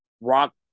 rock